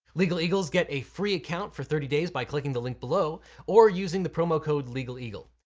legal eagles get a free account for thirty days by clicking the link below or using the promo code legaleagle.